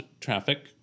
traffic